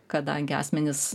kadangi asmenys